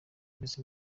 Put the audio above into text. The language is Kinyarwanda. ndetse